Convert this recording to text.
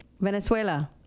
Venezuela